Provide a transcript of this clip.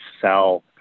sell